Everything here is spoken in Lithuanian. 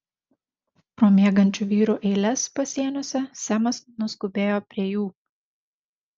pro miegančių vyrų eiles pasieniuose semas nuskubėjo prie jų